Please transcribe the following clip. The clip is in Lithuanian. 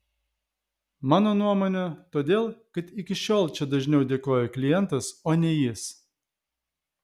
mano nuomone todėl kad iki šiol čia dažniau dėkoja klientas o ne jis